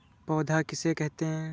पौध किसे कहते हैं?